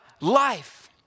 life